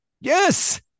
Yes